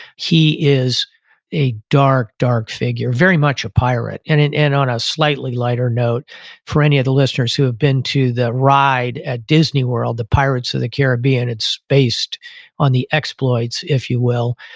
he is a dark, dark figure, very much a pirate. and and and on a slightly lighter note for any of the listeners who have been to the ride at disney world, the pirates of caribbean, it's based on the exploits, if you will,